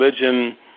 religion